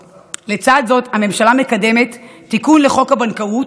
הממשלה מקדמת תיקון לחוק הבנקאות,